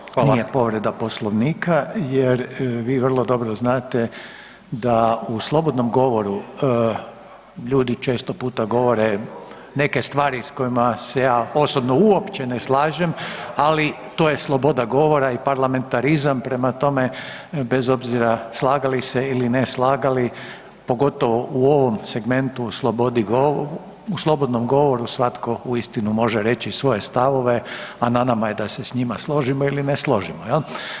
nije povreda Poslovnika jer vi vrlo dobro znate da u slobodnom govoru ljudi često puta govore neke stvari s kojima se ja osobno uopće ne slažem, ali to je sloboda govora i parlamentarizam prema tome, bez obzira, slagali se ili ne slagali, pogotovo u ovom segmentu, u slobodnom govoru svatko uistinu može reći svoje stavove, a na nama je da se s njima složimo ili ne složimo, je li.